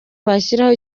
bashyiraho